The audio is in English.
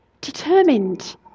determined